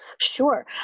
Sure